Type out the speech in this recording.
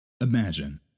Imagine